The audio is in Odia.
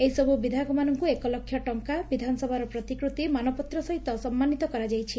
ଏହିସବୁ ବିଧାୟକମାନଙ୍କୁ ଏକ ଲକ୍ଷ ଟଙ୍ଙା ବିଧାନସଭାର ପ୍ରତିକୃତି ମାନପତ୍ର ସହିତ ସମ୍ମାନିତ କରାଯାଇଛି